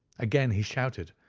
again he shouted,